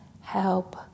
help